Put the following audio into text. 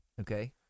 Okay